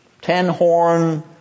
ten-horn